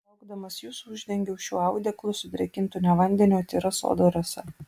laukdamas jūsų uždengiau šiuo audeklu sudrėkintu ne vandeniu o tyra sodo rasa